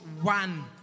one